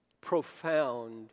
profound